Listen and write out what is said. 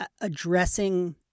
addressing –